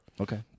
Okay